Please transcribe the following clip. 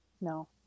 No